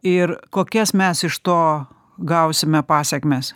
ir kokias mes iš to gausime pasekmes